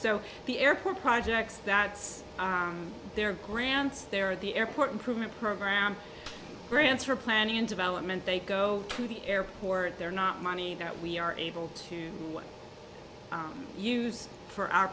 so the airport projects that there are grants there the airport improvement program grants for planning and development they go to the airport they're not money that we are able to use for our